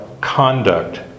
conduct